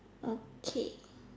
okay